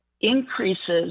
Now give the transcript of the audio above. increases